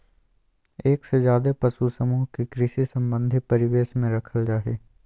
एक से ज्यादे पशु समूह के कृषि संबंधी परिवेश में रखल जा हई